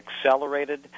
accelerated